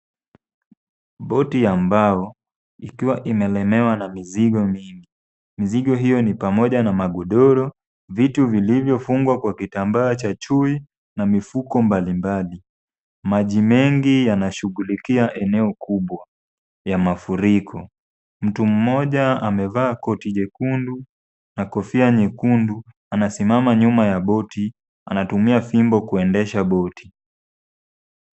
Boti ya mbao ikiwa imelemewa na mizigo mingi , mizigo hiyo ni pamoja na magodoro, vitu vilivyofungwa kwa kitambaa cha chui na mifuko mbalimbali ,maji mengi yanashughlikia eneo kubwa ya mafuriko , mtu mmoja amevaa koti jekundu na kofia nyekundu, anasimama nyuma ya boti ,anatumia fimbo kuendesha boti .